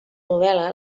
novel·la